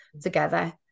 together